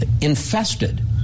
Infested